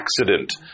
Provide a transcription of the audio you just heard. accident